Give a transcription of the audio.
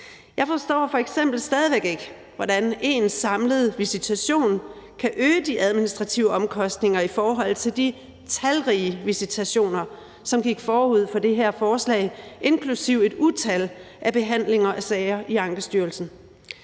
Jeg forstår f.eks. stadig væk ikke, hvordan én samlet visitation kan øge de administrative omkostninger i forhold til de talrige visitationer, som gik forud for det her forslag, inklusive et utal af behandlinger af sager i Ankestyrelsen.